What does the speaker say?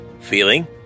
Feeling